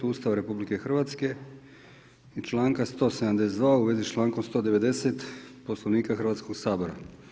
Ustava RH i članka 172. u vezi s člankom 190 Poslovnika Hrvatskog sabora.